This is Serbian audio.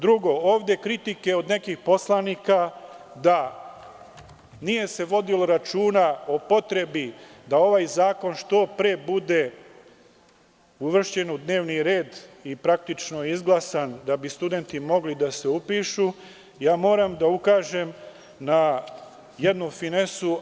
Drugo, ovde kritike od nekih poslanika da nije se vodilo računa o potrebi da ovaj zakon što pre bude uvršćen u dnevni red i izglasan, da bi studenti mogli da se upišu, moram da ukažem na jednu finesu.